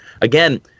Again